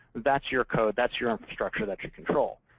that's your code. that's your infrastructure that you control.